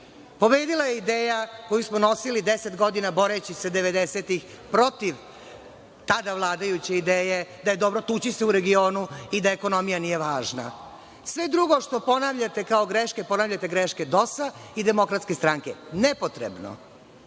pobedila je ideja koju smo nosili 10 godina boreći se 90-ih protiv tada vladajuće ideje, da je dobro tući sve u regionu i da ekonomija nije važna. Sve drugo što ponavljate kao greške, ponavljate greške DOS-a i DS. Nepotrebno. Ne